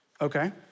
Okay